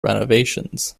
renovations